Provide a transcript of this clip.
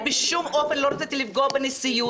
אני בשום אופן לא רציתי לפגוע בנשיאות.